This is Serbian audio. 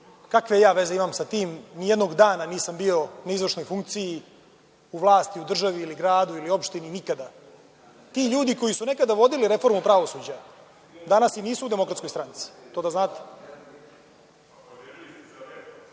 Kakve ja veze imam sa tim? Nijednog dana nisam bio na izvršnoj funkciji, u vlasti, u državi ili gradu ili opštini, nikada. Ti ljudi koji su nekada vodili reformu pravosuđa danas i nisu u DS-u, to da znate.